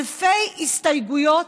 אלפי הסתייגויות